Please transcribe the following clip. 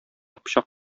пычак